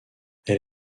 elle